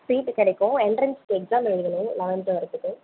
சீட்டு கிடைக்கும் entrance exam எழுதணும் eleventh வர்கிறத்துக்கு